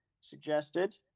suggested